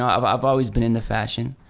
ah um i've always been in the fashion.